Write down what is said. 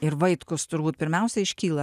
ir vaitkus turbūt pirmiausia iškyla